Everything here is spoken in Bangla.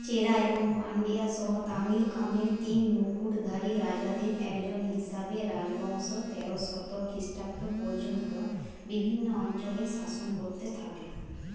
চেরা এবং পান্ডিয়া সহ তামিলকামের তিন মুকুটধারী রাজাদের একজন হিসাবে রাজবংশ তেরো শতক খ্রীষ্টাব্দ পর্যন্ত বিভিন্ন অঞ্চলে শাসন করতে থাকে